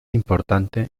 importante